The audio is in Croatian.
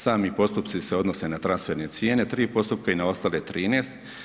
Sami postupci se odnose na transferne cijene, 3 postupka i na ostale 13.